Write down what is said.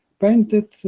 Painted